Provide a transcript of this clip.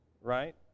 right